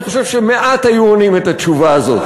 אני חושב שמעט היו עונים את התשובה הזאת.